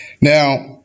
Now